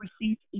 received